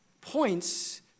points